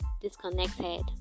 disconnected